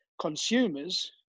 consumers